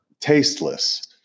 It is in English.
tasteless